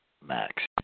max